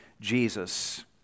Jesus